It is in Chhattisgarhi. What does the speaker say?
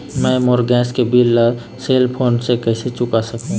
मैं मोर गैस के बिल ला सेल फोन से कइसे चुका सकबो?